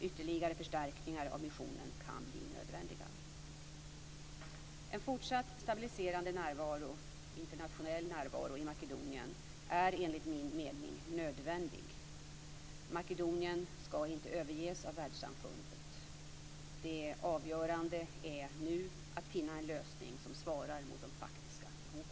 Ytterligare förstärkningar av missionen kan bli nödvändiga. En fortsatt stabiliserande internationell närvaro i Makedonien är enligt min mening nödvändig. Makedonien skall inte överges av världssamfundet. Det avgörande är nu att finna en lösning som svarar mot de faktiska behoven.